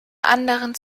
anderen